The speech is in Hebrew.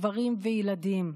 גברים וילדים,